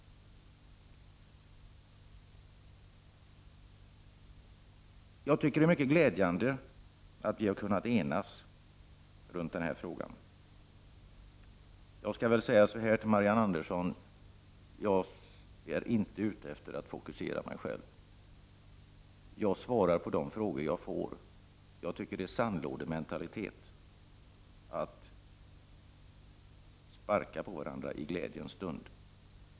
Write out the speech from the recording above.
Jag tycker att det är mycket glädjande att vi har kunnat enas kring den här frågan. Till Marianne Andersson vill jag säga att jag inte är ute efter att fokusera mig själv. Jag svarar på de frågor jag får, och jag tycker att det är sandlådementalitet att sparka på varandra i glädjens stund.